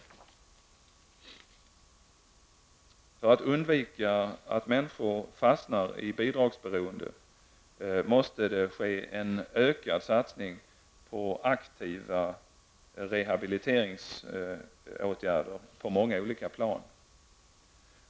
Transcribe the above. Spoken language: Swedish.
För att undvika att människor fastnar i ett bidragsberoende måste det ske en ökad satsning på aktiva rehabiliteringsåtgärder på många olika plan.